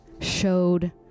showed